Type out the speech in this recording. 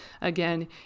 again